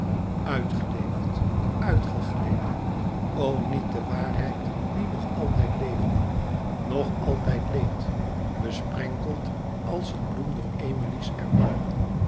uitgeleefd uitgeleden o niet de waarheid die nog altijd leefde nog altijd leed besprenkeld als een bloem door